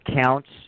counts